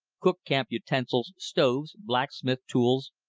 cook-camp utensils, stoves, blacksmith tools,